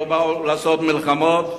לא באו לעשות מלחמות,